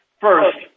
First